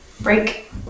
break